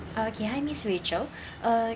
uh okay hi miss rachel uh